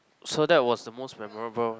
so that was the most memorable